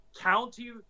county